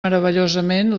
meravellosament